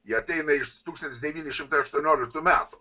ji ateina iš tūkstantis devyni šimtai aštuonioliktų metų